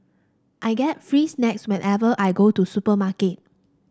I get free snacks whenever I go to supermarket